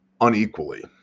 unequally